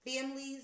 families